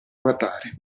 guardare